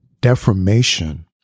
deformation